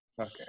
Okay